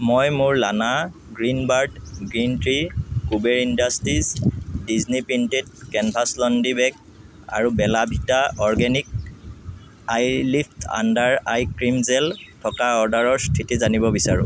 মই মোৰ Lana Greenbird green tea Kuber Industries Disney printed canvas laundry bag আৰু Bella Vita organic eyelift under eye cream gel থকা অৰ্ডাৰৰ স্থিতি জানিব বিচাৰোঁ